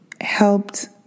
helped